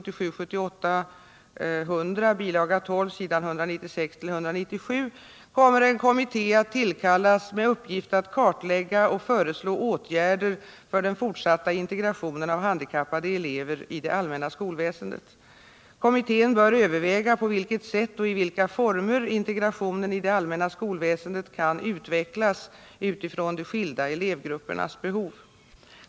12 s. 196-197) kommer en kommitté att tillkallas med uppgift att kartlägga och föreslå åtgärder för den fortsatta integrationen av handikappade elever i det allmänna skolväsendet. Kommittén bör överväga på vilket sätt och i vilka former integrationen i det allmänna skolväsendet kan utvecklas utifrån de skilda elevgruppernas behov.